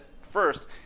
first